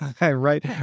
right